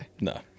No